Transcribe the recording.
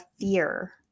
fear